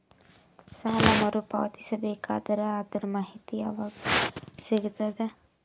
ಸಾಲ ಮರು ಪಾವತಿಸಬೇಕಾದರ ಅದರ್ ಮಾಹಿತಿ ಯವಾಗ ಸಿಗತದ?